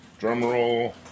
Drumroll